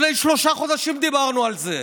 לפני שלושה חודשים דיברנו על זה.